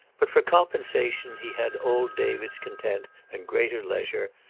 but for compensation he had old david's content and greater leisure,